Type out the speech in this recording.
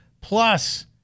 Plus